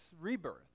rebirth